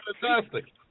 Fantastic